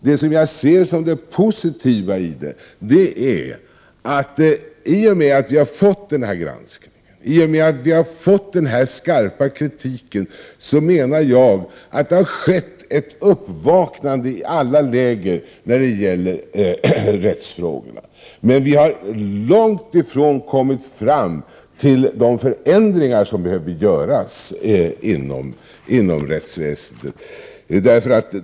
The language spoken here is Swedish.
Det positiva är att det i och med att vi har fått denna granskning och denna skarpa kritik har skett ett uppvaknande i alla läger när det gäller rättsfrågorna. Men vi har långt ifrån kommit fram till de förändringar som behöver göras inom rättsväsendet.